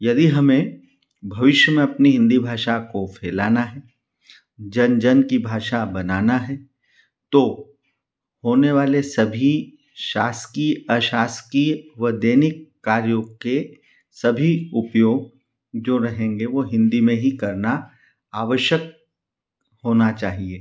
यदि हमें भविष्य में अपनी हिन्दी भाषा को फैलाना है जन जन की भाषा बनाना है तो होने वाले सभी शासकीय अशासकीय व दैनिक कार्यों के सभी उपयोग जो रहेंगे वह हिन्दी में ही करना आवश्यक होना चाहिए